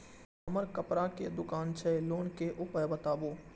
हमर कपड़ा के दुकान छै लोन के उपाय बताबू?